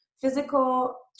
physical